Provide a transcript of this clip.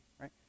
right